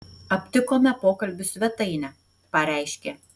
aptikome pokalbių svetainę pareiškė